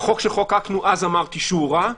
החוק שחוקקנו אז אמרתי שהוא רע.